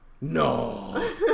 No